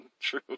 true